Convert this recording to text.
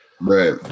Right